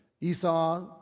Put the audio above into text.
Esau